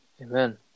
Amen